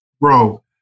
Bro